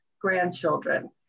grandchildren